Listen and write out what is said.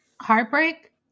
Heartbreak